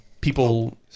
people